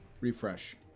Refresh